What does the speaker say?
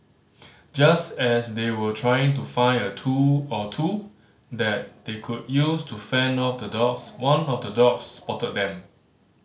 just as they were trying to find a tool or two that they could use to fend off the dogs one of the dogs spotted them